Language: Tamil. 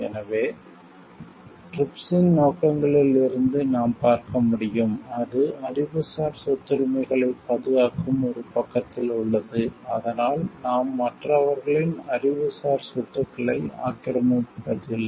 எனவே TRIPS இன் நோக்கங்களில் இருந்து நாம் பார்க்க முடியும் அது அறிவுசார் சொத்துரிமைகளைப் பாதுகாக்கும் ஒரு பக்கத்தில் உள்ளது அதனால் நாம் மற்றவர்களின் அறிவுசார் சொத்துக்களை ஆக்கிரமிப்பதில்லை